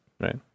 Right